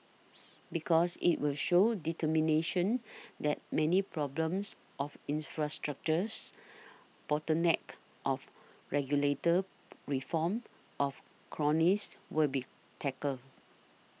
because it will show determination that many problems of infrastructures bottlenecks of regulator reforms of cronies will be tackled